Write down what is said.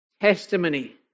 testimony